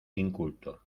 inculto